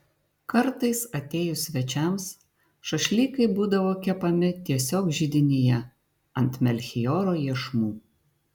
kartais atėjus svečiams šašlykai būdavo kepami tiesiog židinyje ant melchioro iešmų